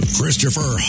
Christopher